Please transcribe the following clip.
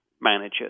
managers